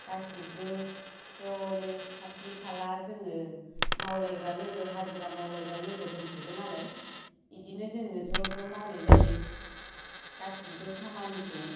गासिब्बो ज'नो खाथि खाला जोङो मावलायग्रा लोगो हाजिरा मावलायग्रा लोगो दंजोबो नालाय इदिनो जोङो ज' ज' मावनाय जायो गासिब्बो खामानिखौ